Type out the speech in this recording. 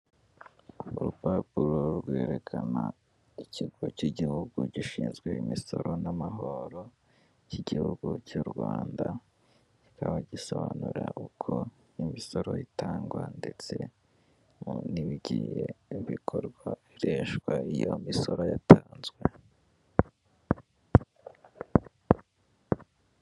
Urupapuro rwerekana ikigo cy'igihugu gishinzwe imisoro n'amahoro cy'igihugu cy'u Rwanda kikaba gisobanura uko imisoro itangwa ndetse n'ibigiye bikorwa, ikoreshwa ry'iyo misoro yatanzwe.